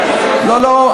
לא, לא.